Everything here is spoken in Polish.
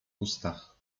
ustach